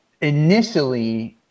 initially